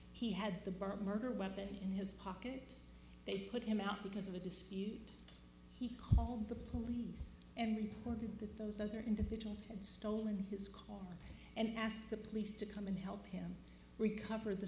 he had the bart murder weapon in his pocket they put him out because of a dispute he called the police and reported that those other individuals had stolen his call and asked the police to come and help him recover the